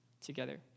together